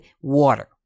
water